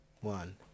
one